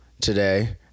today